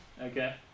Okay